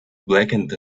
blackened